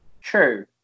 True